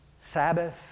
Sabbath